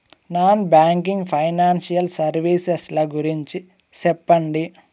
Non banking financial services ల గురించి సెప్పండి?